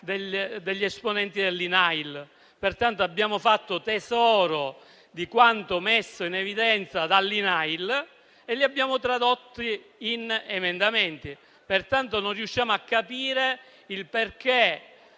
alcuni esponenti dell'Inail. Pertanto, abbiamo fatto tesoro di quanto messo in evidenza dall'Inail e lo abbiamo tradotto in emendamenti. Pertanto, non riusciamo a capire il motivo